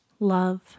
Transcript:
Love